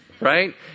right